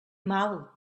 mal